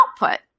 output